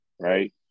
right